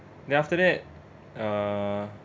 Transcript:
then after that uh